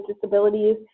disabilities